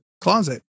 closet